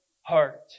heart